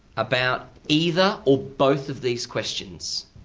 about either or both of these questions.